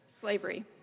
slavery